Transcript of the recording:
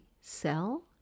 cell